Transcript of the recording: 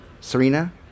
Serena